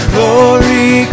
Glory